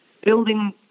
building